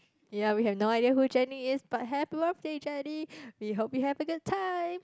ya we have no idea who Jenny is but happy birthday Jenny we hope you have a good time